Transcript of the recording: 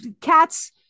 cats